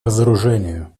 разоружению